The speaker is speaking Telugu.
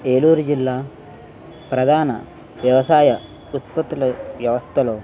ఏలూరు జిల్లా ప్రధాన వ్యవసాయ ఉత్పత్తిలో వ్యవస్థలో